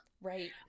Right